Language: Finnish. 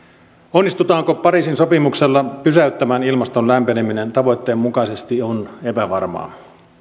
onnistutaanko pariisin sopimuksella pysäyttämään ilmaston lämpeneminen tavoitteen mukaisesti on epävarmaa